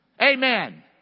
amen